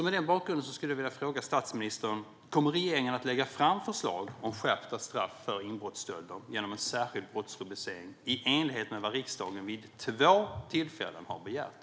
Mot denna bakgrund skulle jag vilja fråga statsministern: Kommer regeringen att lägga fram förslag om skärpta straff för inbrottsstölder genom en särskild brottsrubricering, i enlighet med vad riksdagen vid två tillfällen har begärt?